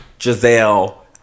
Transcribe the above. Giselle